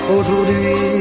Aujourd'hui